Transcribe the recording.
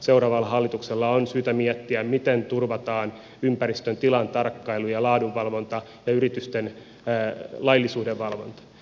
seuraavalla hallituksella on syytä miettiä miten turvataan ympäristön tilan tarkkailu ja laadunvalvonta ja yritysten laillisuudenvalvonta